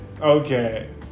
okay